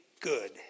good